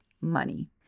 money